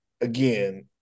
again